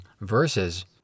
versus-